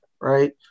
right